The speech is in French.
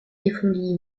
défendit